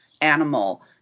animal